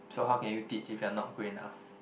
so how can you teach if you're not good enough